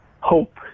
hope